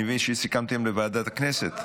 אני מבין שסיכמתם לוועדת הכנסת.